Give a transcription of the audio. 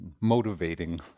motivating